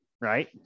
right